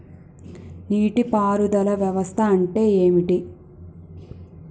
నీటి పారుదల వ్యవస్థ అంటే ఏంటి?